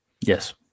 Yes